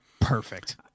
Perfect